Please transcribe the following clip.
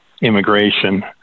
immigration –